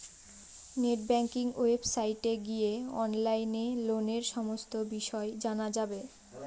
net banking ওয়েবসাইটে গিয়ে অনলাইনে লোনের সমস্ত বিষয় জানা যাবে